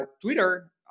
Twitter